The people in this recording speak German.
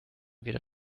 wieder